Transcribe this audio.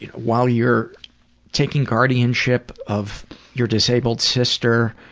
while you're taking guardian ship of your disabled sister.